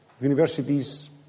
universities